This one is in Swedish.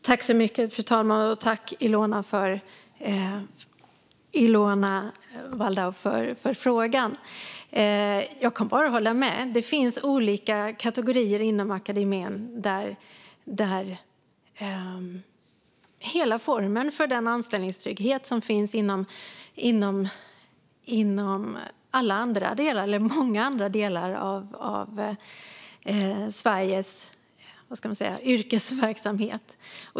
Fru talman! Tack, Ilona Szatmari Waldau, för frågan! Jag kan bara hålla med. Det finns olika kategorier inom akademin, och det handlar om hela formen för den anställningstrygghet som finns inom många andra delar av Sveriges yrkesverksamhet.